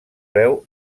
veu